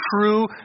true